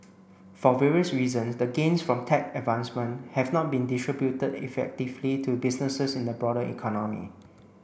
for various reasons the gains from tech advancement have not been distributed effectively to businesses in the broader economy